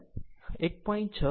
6 j 7